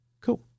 Cool